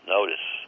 Notice